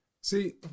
See